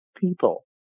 people